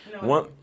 One